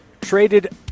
traded